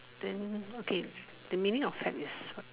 then okay the meaning of fad is